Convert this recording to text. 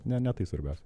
ne ne tai svarbiaus